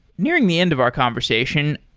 nearing the end of our conversation,